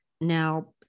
now